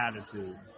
attitude